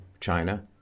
China